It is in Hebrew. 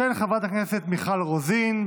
של חברת הכנסת מיכל רוזין.